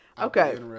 Okay